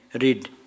read